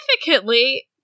significantly